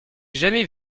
jamais